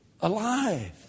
alive